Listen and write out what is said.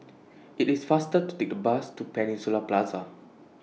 IT IS faster to Take The Bus to Peninsula Plaza